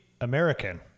American